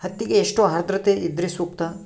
ಹತ್ತಿಗೆ ಎಷ್ಟು ಆದ್ರತೆ ಇದ್ರೆ ಸೂಕ್ತ?